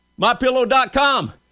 MyPillow.com